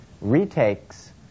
retakes